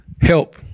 help